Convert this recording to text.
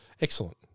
Excellent